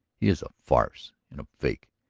he is a farce and a fake,